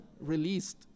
released